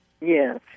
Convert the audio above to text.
Yes